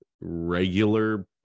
Regular